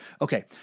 Okay